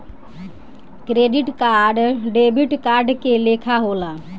credit card debit card के लेखा होला